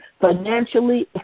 financially